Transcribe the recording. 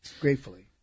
gratefully